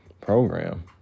program